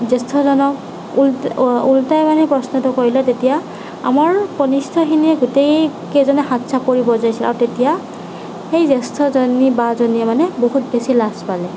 জ্যেষ্ঠজনক ওলোটাই মানে প্ৰশ্নটো কৰিলে তেতিয়া আমাৰ কনিষ্ঠখিনিয়ে গোটেইকেইজনে হাত চাপৰি বজাইছিল আৰু তেতিয়া সেই জ্যেষ্ঠজনী বাজনীয়ে মানে বহুত বেছি লাজ পালে